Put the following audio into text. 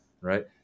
Right